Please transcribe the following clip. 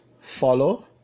follow